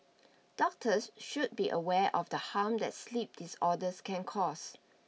doctors should be aware of the harm that sleep disorders can cause